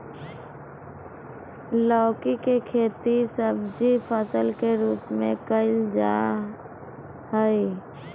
लौकी के खेती सब्जी फसल के रूप में कइल जाय हइ